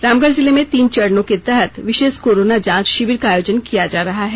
रामगढ़ जिले में तीन चरणों के तहत विशेष कोरोना जांच शिविर का आयोजन किया जा रहा है